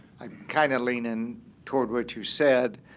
i'm kind of leaning toward what you said,